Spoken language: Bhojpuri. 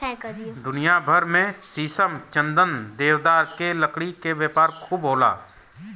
दुनिया भर में शीशम, चंदन, देवदार के लकड़ी के व्यापार खूब होला